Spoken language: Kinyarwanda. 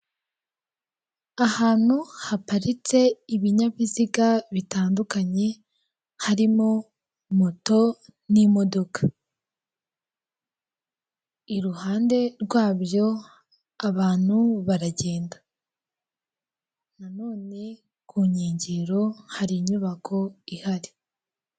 Ahantu haparitse ibinyabiziga bitandukanye harimo moto n'imodoka iruhande rwabyo abantu baragenda none ku nkengero hari inyubako ihari.